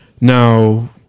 Now